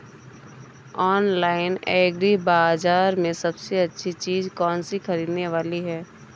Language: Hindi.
ऑनलाइन एग्री बाजार में सबसे अच्छी चीज कौन सी ख़रीदने वाली है?